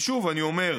ושוב, אני אומר,